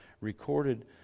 recorded